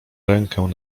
rękę